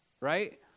Right